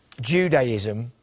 Judaism